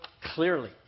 clearly